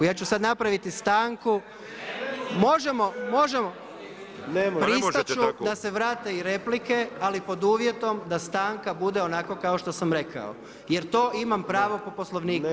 Ja ću sada napraviti stanku, …… [[Upadica se ne čuje.]] Možemo, možemo, [[Upadica: Pa ne možete tako]] Pristati ću da se vrate i replike ali pod uvjetom da stanka bude onako kao što sam rekao jer to imam pravo po Poslovniku